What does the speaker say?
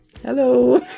Hello